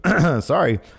sorry